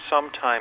sometime